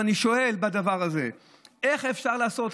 ואני שואל בדבר הזה איך אפשר לעשות,